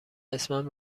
اسمم